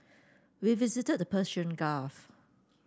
we visited the Persian Gulf